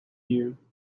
you